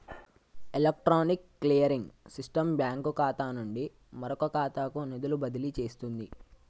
electronic clearing system bank ఖాతా నుండి మరొక ఖాతాకు నిధులు బదిలీ చేస్తుంది